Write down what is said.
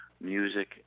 music